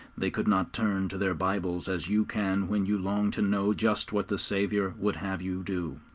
they could not turn to their bibles as you can when you long to know just what the saviour would have you do.